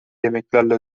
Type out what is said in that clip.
yemeklerle